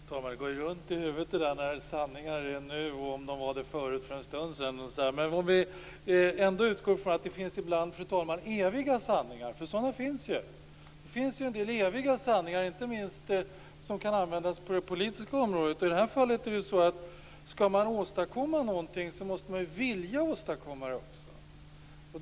Fru talman! Det går runt i huvudet när näringsministern talar om sanningar som är nu, och om de var det förut, för en stund sedan. Men vi kan ju utgå från, fru talman, att det finns eviga sanningar, för sådana finns ju. Det finns ju en del eviga sanningar, inte minst sådana som kan användas på det politiska området, och i det här fallet är det så att om man skall åstadkomma någonting så måste man vilja åstadkomma det också.